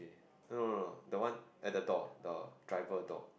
no no no that one at the door the driver door